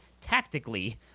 tactically